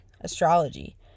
astrology